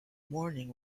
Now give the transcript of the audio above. morning